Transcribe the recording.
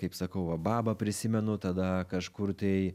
kaip sakau va babą prisimenu tada kažkur tai